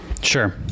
Sure